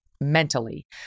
mentally